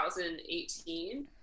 2018